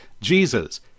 Jesus